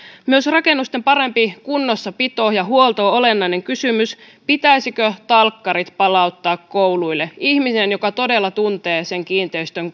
myös rakennusten parempi kunnossapito ja huolto on olennainen kysymys pitäisikö talkkarit palauttaa kouluille ihminen joka todella tuntee sen kiinteistön